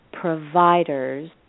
Providers